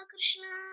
Krishna